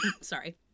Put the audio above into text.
sorry